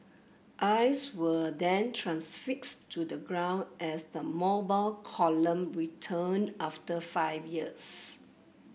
eyes were then transfixed to the ground as the Mobile Column returned after five years